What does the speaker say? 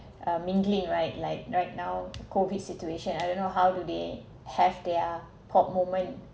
uh mingling right like right now COVID situation I don't know how do they have their pop moment